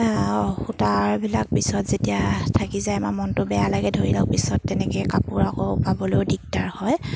সূতাবিলাক পিছত যেতিয়া থাকি যায় আমাৰ মনটো বেয়া লাগে ধৰি লওক পিছত তেনেকৈ কাপোৰ আকৌ পাবলৈও দিগদাৰ হয়